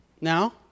Now